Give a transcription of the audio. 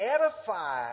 edify